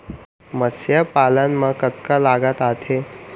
मतस्य पालन मा कतका लागत आथे?